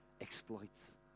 exploits